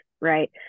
Right